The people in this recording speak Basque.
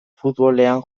futbolean